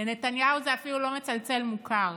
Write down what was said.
לנתניהו זה אפילו לא מצלצל מוכר.